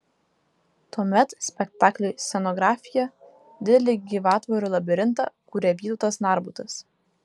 tuomet spektakliui scenografiją didelį gyvatvorių labirintą kūrė vytautas narbutas